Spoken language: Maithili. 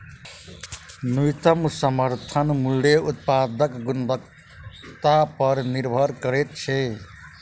न्यूनतम समर्थन मूल्य उत्पादक गुणवत्ता पर निभर करैत छै